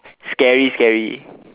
scary scary